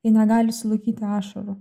jie negali sulaikyti ašarų